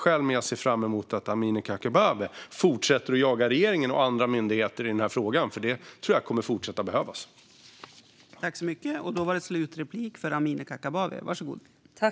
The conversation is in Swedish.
Jag ser också fram emot att Amineh Kakabaveh fortsätter att jaga regeringen och myndigheter i denna fråga, för jag tror att det även fortsättningsvis kommer att behövas.